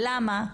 למה?